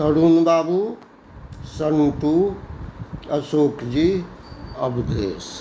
Tarun Babu Santu Ashok ji Awadhesh